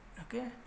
Okay